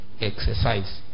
exercise